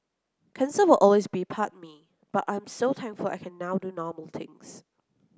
cancer will always be part me but I am so thankful I can now do normal things